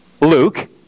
Luke